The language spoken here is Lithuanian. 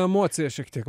emociją šiek tiek